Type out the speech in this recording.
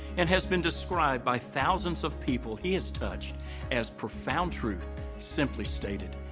and has been described by thousands of people he has touched as profound truth simply stated.